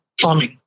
plumbing